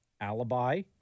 alibi